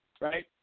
Right